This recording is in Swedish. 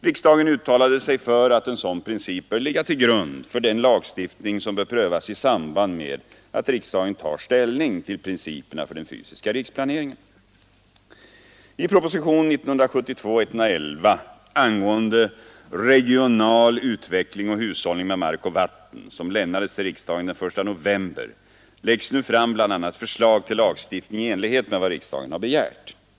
Riksdagen uttalade sig för att en sådan princip bör ligga till grund för den lagstiftning som bör prövas i samband med att riksdagen tar ställning till principerna för den fysiska riksplaneringen. I propositionen 111 år 1972 angående regional utveckling och hushållning med mark och vatten som lämnades till riksdagen den 1 november läggs nu fram bl.a. förslag till lagstiftning i enlighet med vad riksdagen har begärt.